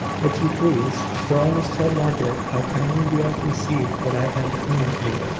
if you please for i must tell margaret how kindly you have received what i had to communicate.